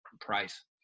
price